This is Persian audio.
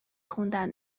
خوندن